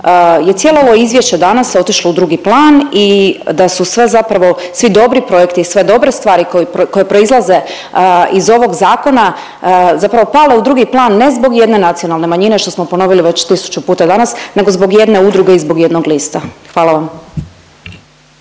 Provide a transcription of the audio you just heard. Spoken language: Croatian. je cijelo ovo izvješće danas otišlo u drugi plan i da su sve zapravo, svi dobri projekti i sve dobre stvari koje proizlaze iz ovog zakona zapravo pale u drugi plan, ne zbog jedne nacionalne manjine, što smo ponovili već tisuću puta danas nego zbog jedne udruge i zbog jednog lista? Hvala vam.